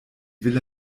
villa